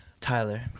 Tyler